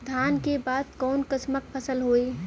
धान के बाद कऊन कसमक फसल होई?